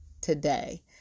Today